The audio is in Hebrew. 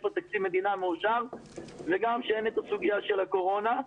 בה תקציב מדינה רגילה וגם שאין את הסוגיה של הקורונה.